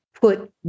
put